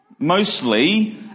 Mostly